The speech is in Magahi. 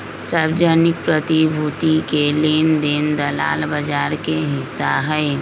सार्वजनिक प्रतिभूति के लेन देन दलाल बजार के हिस्सा हई